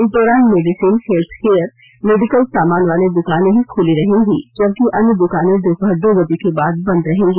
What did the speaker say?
इस दौरान medicine healthcare medical सामान वाले दुकानें ही खुली रहेंगी जबकि अन्य दुकानें दोपहर दो बजे के बाद बंद रहेंगी